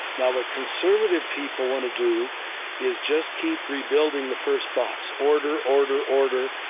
now what conservative people want to do is just keep rebuilding the first box, order, order, order,